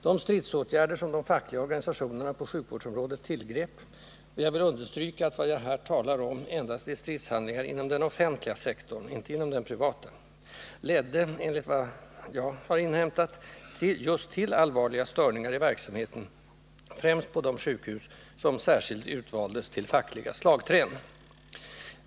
De stridsåtgärder som de fackliga organisationerna på sjukvårdsområdet tillgrep — jag vill understryka att vad jag här talar om är endast stridshandlingar inom den offentliga sektorn, inte inom den privata — ledde enligt vad jag har inhämtat just till allvarliga störningar i verksamheten främst på de sjukhus som särskilt utvaldes till fackliga slagträn.